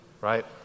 right